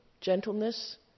gentleness